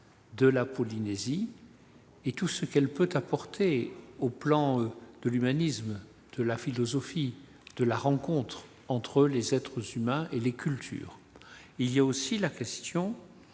de la Polynésie et tout ce qu'elle peut apporter sur le plan de l'humanisme, de la philosophie, de la rencontre entre les êtres humains et les cultures. Se pose enfin la question